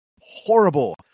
horrible